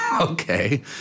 Okay